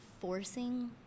forcing